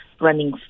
running